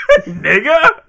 nigga